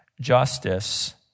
justice